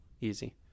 easy